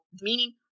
meaning